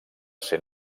ser